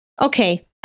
Okay